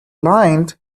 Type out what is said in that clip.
lined